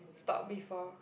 stalk before